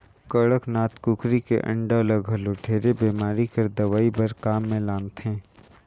कड़कनाथ कुकरी के अंडा ल घलो ढेरे बेमारी कर दवई बर काम मे लानथे